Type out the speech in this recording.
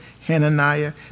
Hananiah